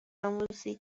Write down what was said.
آموزی